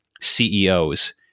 CEOs